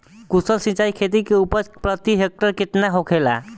कुशल सिंचाई खेती से उपज प्रति हेक्टेयर केतना होखेला?